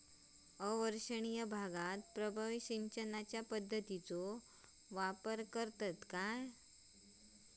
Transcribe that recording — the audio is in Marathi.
अवर्षणिय भागात प्रभावी सिंचन पद्धतीचो वापर करतत काय?